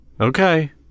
Okay